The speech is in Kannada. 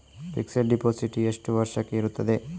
ಫಿಕ್ಸೆಡ್ ಡೆಪೋಸಿಟ್ ಎಷ್ಟು ವರ್ಷಕ್ಕೆ ಇರುತ್ತದೆ?